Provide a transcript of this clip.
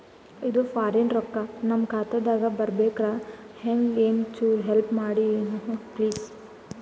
ಇದು ಫಾರಿನ ರೊಕ್ಕ ನಮ್ಮ ಖಾತಾ ದಾಗ ಬರಬೆಕ್ರ, ಹೆಂಗ ಏನು ಚುರು ಹೆಲ್ಪ ಮಾಡ್ರಿ ಪ್ಲಿಸ?